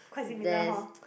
there's